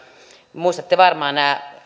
muistatte varmaan